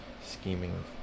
scheming